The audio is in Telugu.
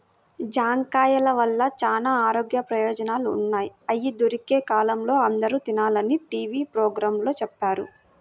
జాంకాయల వల్ల చానా ఆరోగ్య ప్రయోజనాలు ఉన్నయ్, అయ్యి దొరికే కాలంలో అందరూ తినాలని టీవీ పోగ్రాంలో చెప్పారు